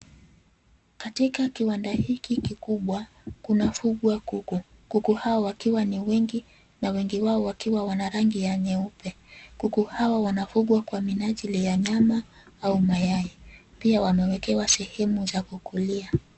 Katika kiwanda hiki kikubwa kunafugwa kuku. Kuku hawa wakiwa ni wengi na wengi wao wakiwa wana rangi ya nyeupe. Kuku hao wanafugwa kwa minajili ya nyama au mayai. Pia wamewekewa sehemu za kukulia.